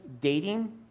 dating